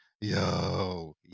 yo